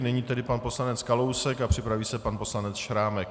Nyní tedy pan poslanec Kalousek a připraví se pan poslanec Šrámek.